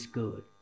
good